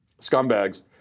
scumbags